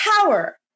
power